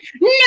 no